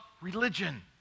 religion